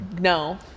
No